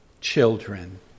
children